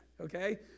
okay